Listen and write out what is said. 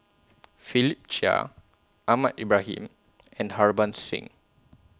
Philip Chia Ahmad Ibrahim and Harbans Singh